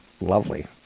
lovely